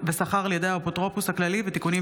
הצעת חוק דמי מחלה (היעדרות בשל מחלת ילד) (תיקון,